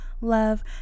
love